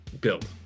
build